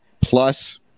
Plus